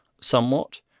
somewhat